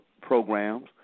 programs